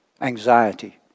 anxiety